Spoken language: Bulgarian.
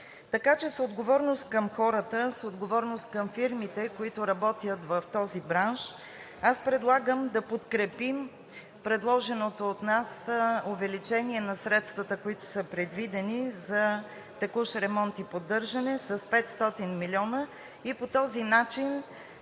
Така че с отговорност към хората, с отговорност към фирмите, които работят в този бранш, предлагам да подкрепим предложеното от нас увеличение на средствата, които са предвидени за текущ ремонт и поддържане с 500 милиона и по този начин